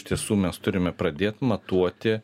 iš tiesų mes turime pradėt matuoti